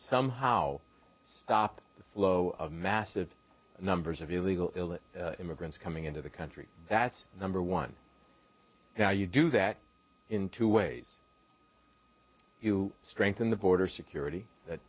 somehow stop the flow of massive numbers of illegal illit immigrants coming into the country that's number one now you do that in two ways you strengthen the border security that